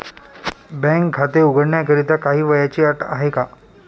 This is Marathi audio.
बँकेत खाते उघडण्याकरिता काही वयाची अट आहे का?